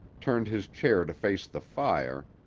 turned his chair to face the fire,